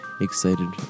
excited